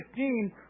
15